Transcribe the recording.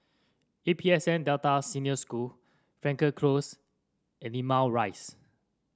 A P S N Delta Senior School Frankel Close and Limau Rise